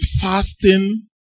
fasting